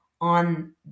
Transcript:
on